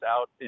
out